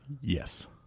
Yes